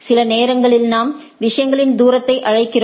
சில நேரங்களில் நாம் விஷயங்களின் தூரத்தை அழைக்கிறோம்